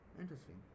interesting